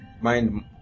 mind